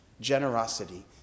generosity